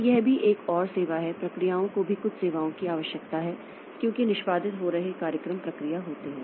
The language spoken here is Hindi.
तो यह भी एक और सेवा है प्रक्रियाओं को भी कुछ सेवाओं की आवश्यकता है क्योंकि निष्पादित हो रहे कार्यक्रम प्रक्रिया होता है